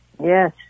Yes